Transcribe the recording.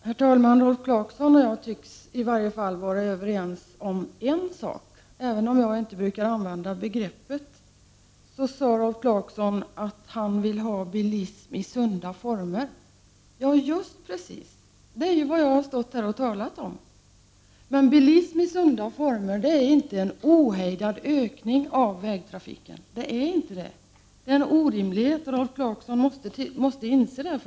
Herr talman! Rolf Clarkson och jag tycks i varje fall vara överens om en sak, även om jag inte brukar använda samma begrepp. Rolf Clarkson sade att han vill ha bilism i sunda former. Just det, det är ju det som jag har stått här och talat om. Men bilism i sunda former är inte detsamma som en ohejdad ökning av vägtrafiken. Det skulle vara orimligt. Rolf Clarkson måste faktiskt inse detta.